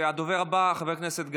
הדובר הבא, חבר הכנסת גפני.